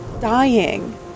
dying